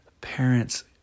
parents